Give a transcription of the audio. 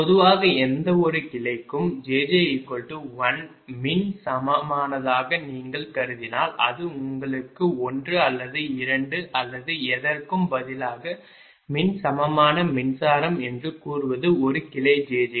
பொதுவாக எந்த ஒரு கிளைக்கும் jj 1 மின் சமமானதாக நீங்கள் கருதினால் அது உங்களுக்கு 1 அல்லது 2 அல்லது எதற்கும் பதிலாக மின் சமமான மின்சாரம் என்று கூறுவது ஒரு கிளை jj